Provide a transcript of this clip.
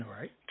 right